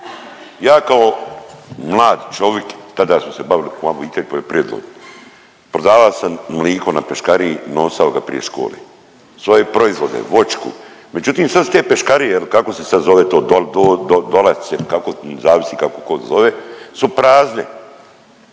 Ja kao mlad čovik tada smo se bavili moja obitelj poljoprivredom, prodavao sam mliko na peškariji, nosao ga prije škole, svoje proizvode voćku. Međutim, sad su te peškarije ili kako se sad zove to dolac ili kako, zavisi kako ko zove su prazne.